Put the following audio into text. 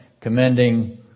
commending